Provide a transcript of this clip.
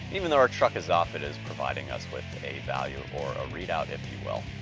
even though our truck is off, it is providing us with a value or a readout, if you will.